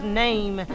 name